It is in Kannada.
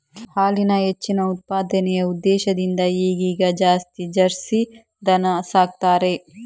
ಹಾಲಿನ ಹೆಚ್ಚಿನ ಉತ್ಪಾದನೆಯ ಉದ್ದೇಶದಿಂದ ಈಗೀಗ ಜಾಸ್ತಿ ಜರ್ಸಿ ದನ ಸಾಕ್ತಾರೆ